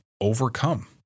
overcome